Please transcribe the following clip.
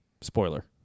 Spoiler